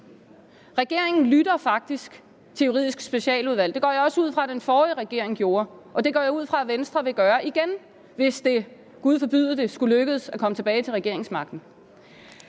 Regeringen lytter faktisk til Juridisk Specialudvalg – det går jeg ud fra den forrige regering også gjorde. Og det går jeg ud fra Venstre vil gøre igen, hvis det – gud forbyde det – skulle lykkes dem at komme tilbage til regeringsmagten.